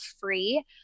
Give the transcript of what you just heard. free